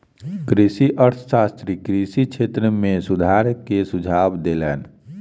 कृषि अर्थशास्त्री कृषि क्षेत्र में सुधार के सुझाव देलैन